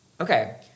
Okay